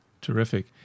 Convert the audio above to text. Terrific